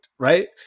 Right